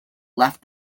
left